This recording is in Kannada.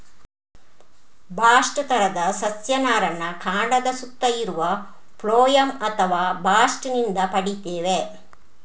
ಬಾಸ್ಟ್ ತರದ ಸಸ್ಯ ನಾರನ್ನ ಕಾಂಡದ ಸುತ್ತ ಇರುವ ಫ್ಲೋಯಂ ಅಥವಾ ಬಾಸ್ಟ್ ನಿಂದ ಪಡೀತೇವೆ